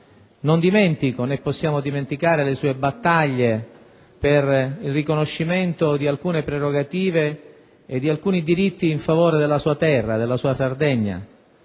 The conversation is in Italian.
Non dimentico, non possiamo dimenticare, le sue battaglie per il riconoscimento di alcune prerogative e di alcuni diritti della sua terra, la sua Sardegna.